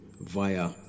via